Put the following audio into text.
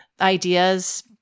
ideas